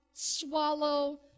Swallow